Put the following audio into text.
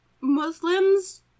Muslims